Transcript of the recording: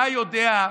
אתה יודע,